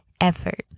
effort